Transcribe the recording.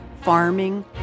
farming